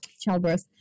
childbirth